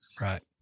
Right